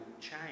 change